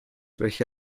welche